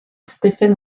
stephen